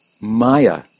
maya